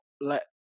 let